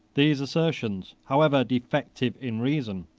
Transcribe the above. these assertions, however defective in reason,